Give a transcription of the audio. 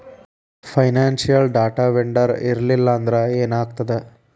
Financial data vendor ಇರ್ಲ್ಲಿಲ್ಲಾಂದ್ರ ಏನಾಗ್ತದ?